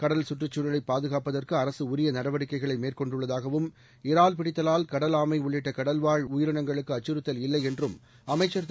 கடல் சுற்றுச் சூழலைப் பாதுகாப்பதற்குஅரசுஉரியநடவடிககைகளைமேற்கொண்டுள்ளதாகவும் இரால் பிடித்தலால் கடல் ஆமைஉள்ளிட்ட கடல் வாழ் உயிரினங்களுக்குஅச்சறுத்தல் இல்லைஎன்றும் அமைச்சர் திரு